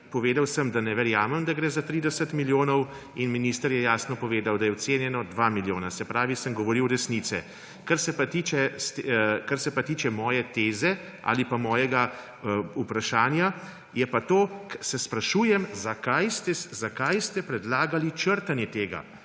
Povedal sem, da ne verjamem, da gre za 30 milijonov, in minister je jasno povedal, da je ocenjeno na 2 milijona. Se pravi, da sem govoril resnice. Kar se pa tiče moje teze ali pa mojega vprašanja, se sprašujem, zakaj ste predlagali črtanje tega,